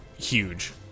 huge